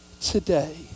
today